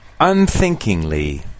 Unthinkingly